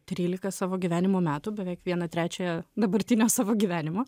trylika savo gyvenimo metų beveik vieną trečiąją dabartinio savo gyvenimo